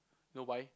no why